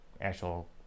actual